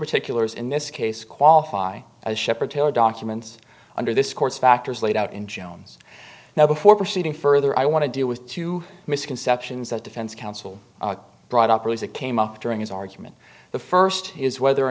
particulars in this case qualify as shepherd taylor documents under this court's factors laid out in jones now before proceeding further i want to deal with two misconceptions that defense counsel brought up or is it came up during his argument the first is whether or